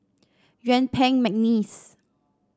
Yuen Peng McNeice